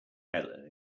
helen